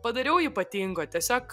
padariau ypatingo tiesiog